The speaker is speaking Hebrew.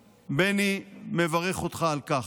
בני, מברך אותך על כך.